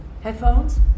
Headphones